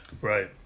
Right